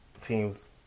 teams